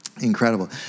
Incredible